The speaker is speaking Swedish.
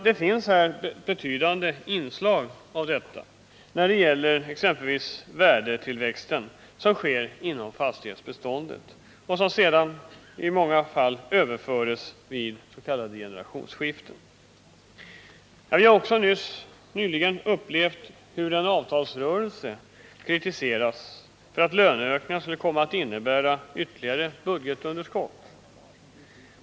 Det finns ett betydande inslag av detta när det gäller exempelvis den värdetillväxt som sker inom fastighetsbeståndet och som sedan i många fall överförs vid s.k. generationsskiften. Vi har nyligen upplevt den kritik som framförts under avtalsrörelsen för att löneökningarna skulle komma att innebära ytterligare budgetunderskott.